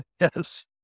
Yes